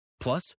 Plus